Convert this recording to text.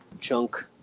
chunk